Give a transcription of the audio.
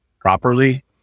properly